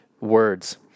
words